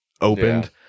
opened